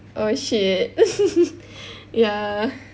oh shit ya